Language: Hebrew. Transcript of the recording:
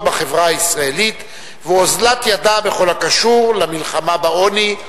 בחברה הישראלית ואוזלת ידה בכל הקשו למלחמה בעוני.